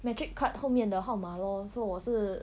matric card 后面的号码 lor so 我是